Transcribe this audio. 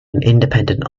independent